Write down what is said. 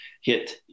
hit